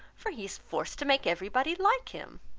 for he is forced to make every body like him.